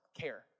care